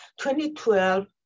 2012